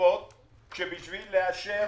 בקופות שבשביל לאשר